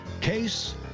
case